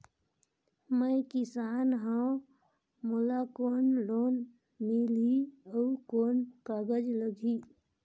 मैं किसान हव मोला कौन लोन मिलही? अउ कौन कागज लगही?